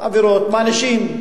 על עבירות מענישים.